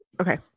okay